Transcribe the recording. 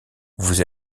vous